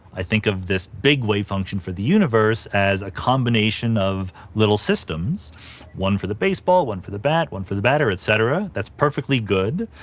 i think of this big wave function for the universe as a combination of little systems one for the baseball, one for the bat, one for the batter, etcetera, that's perfectly good.